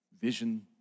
vision